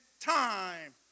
time